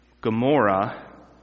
Gomorrah